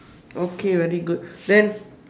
okay very good then